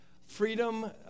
Freedom